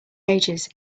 ages